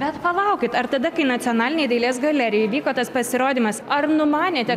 bet palaukit ar tada kai nacionalinėj dailės galerijoj vyko tas pasirodymas ar numanėte